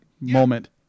moment